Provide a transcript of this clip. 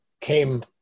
came